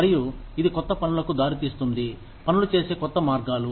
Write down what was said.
మరియు ఇది కొత్త పనులకు దారి తీస్తుంది పనులు చేసే కొత్త మార్గాలు